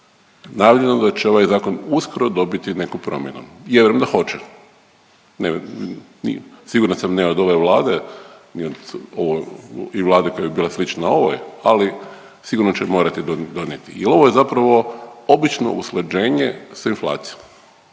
najavljuju da će ovaj zakon uskoro dobiti neku promjenu i ja vjerujem da hoće. Siguran sam ne od ove Vlade i vlade koja bi bila slična ovoj, ali sigurno će morati donijeti jel ovo je zapravo obično usklađenje sa inflacijom.